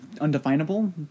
undefinable